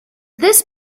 this